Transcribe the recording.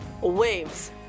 waves